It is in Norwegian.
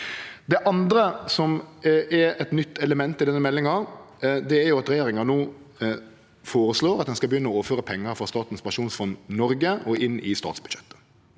Det andre, som er eit nytt element i denne meldinga, er at regjeringa føreslår at ein skal begynne å overføre pengar frå Statens pensjonsfond Noreg og inn i statsbudsjettet.